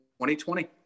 2020